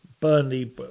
Burnley